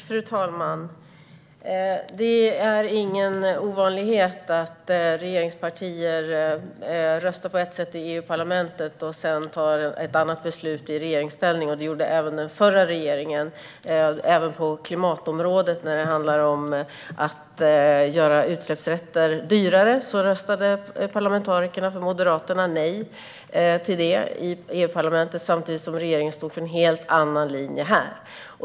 Fru talman! Det är inte ovanligt att företrädare för regeringspartier röstar på ett sätt i EU-parlamentet och sedan är med och fattar ett annat beslut i regeringsställning. Så var det även under den förra regeringen på klimatområdet när det gällde att höja priset på utsläppsrätter. Då rösta de moderata parlamentarikerna nej i EU-parlamentet samtidigt som regeringen stod för en helt annan linje.